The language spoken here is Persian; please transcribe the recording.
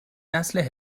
نسل